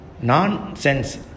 nonsense